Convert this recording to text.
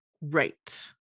Right